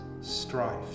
strife